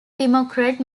democrat